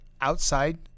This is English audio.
outside